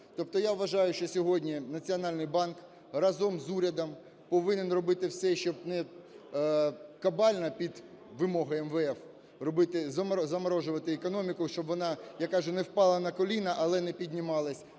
Тобто я вважаю, що сьогодні Національний банк разом з урядом повинен робити все, щоби не кабально під вимоги МВФ робити... заморожувати економіку, щоб вона, як кажуть, не впала на коліна, але не піднімалася,